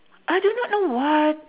I do not know what